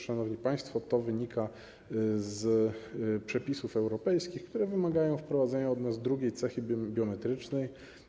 Szanowni państwo, to wynika z przepisów europejskich, które wymagają od nas wprowadzenia drugiej cechy biometrycznej.